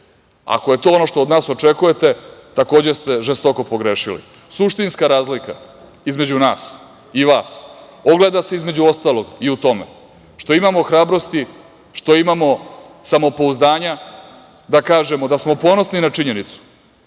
Ako je to ono što od nas očekujete, takođe ste žestoko pogrešili. Suštinska razlika između nas i vas ogleda se između ostalog i u tome što imamo hrabrosti, što imamo samopouzdanja da kažemo da smo ponosni na činjenicu